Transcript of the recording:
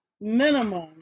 Minimum